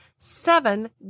seven